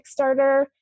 Kickstarter